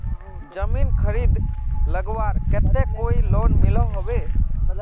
जमीन खरीद लगवार केते कोई लोन मिलोहो होबे?